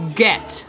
get